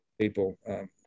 people